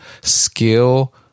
skill